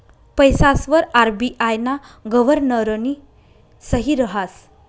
पैसासवर आर.बी.आय ना गव्हर्नरनी सही रहास